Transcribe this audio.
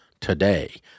Today